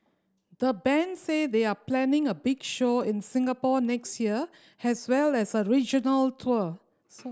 the band say they are planning a big show in Singapore next year has well as a regional tour